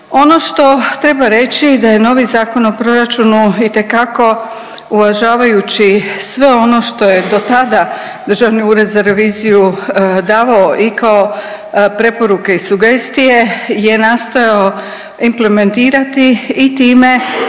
Ono što treba reći da je novi Zakon o proračunu itekako uvažavajući sve ono što je do tada Državni ured za reviziju davao i kao preporuke i sugestije je nastojao implementirati i time